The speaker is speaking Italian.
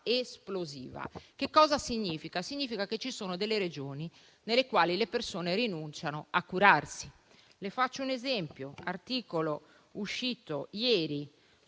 esplosiva. Che cosa significa? Significa che ci sono delle Regioni nelle quali le persone rinunciano a curarsi. Le faccio un esempio: secondo un articolo uscito ieri